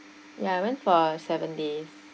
ya I went for seven days